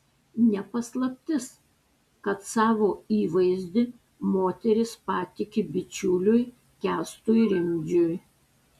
ne paslaptis kad savo įvaizdį moteris patiki bičiuliui kęstui rimdžiui